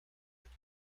with